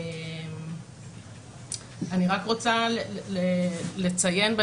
אני רק רוצה לציין,